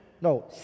No